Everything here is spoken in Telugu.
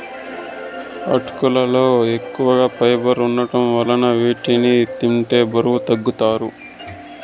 అటుకులలో ఎక్కువ ఫైబర్ వుండటం వలన వీటిని తింటే బరువు తగ్గుతారు